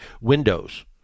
windows